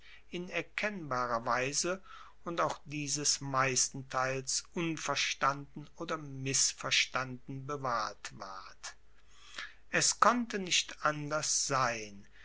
in erkennbarer weise und auch dieses meistenteils unverstanden oder missverstanden bewahrt ward es konnte nicht anders sein